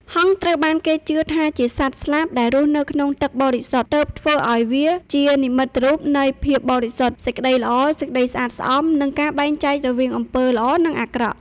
ហង្សត្រូវបានគេជឿថាជាសត្វស្លាបដែលរស់នៅក្នុងទឹកបរិសុទ្ធ ទើបធ្វើឲ្យវាជានិមិត្តរូបនៃ ភាពបរិសុទ្ធ សេចក្តីល្អ សេចក្តីស្អាតស្អំ និង ការបែងចែករវាងអំពើល្អ និងអាក្រក់។